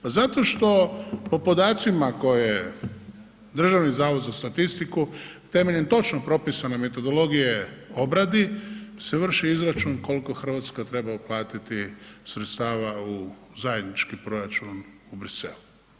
Pa zato što po podacima koje Državni zavod za statistiku temeljem točno propisane metodologije obradi se vrši izračun koliko Hrvatska treba uplatiti sredstava u zajednički proračun u Brisel.